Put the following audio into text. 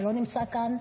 שלא נמצא כאן,